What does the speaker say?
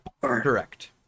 correct